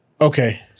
Okay